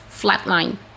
flatline